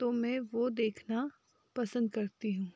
तो मैं वह देखना पसंद करती हूँ